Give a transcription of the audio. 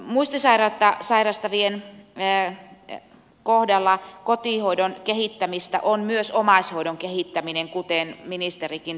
muistisairautta sairastavien kohdalla kotihoidon kehittämistä on myös omaishoidon kehittäminen kuten ministerikin totesi